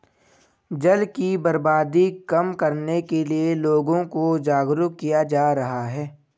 जल की बर्बादी कम करने के लिए लोगों को जागरुक किया जा रहा है